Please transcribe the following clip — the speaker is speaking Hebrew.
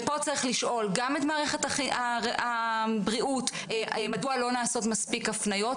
פה צריך לשאול גם את מערכת הבריאות מדוע לא נעשות מספיק הפניות,